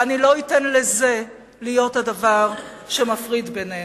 ולא אתן לזה להיות הדבר שמפריד בינינו.